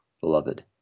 beloved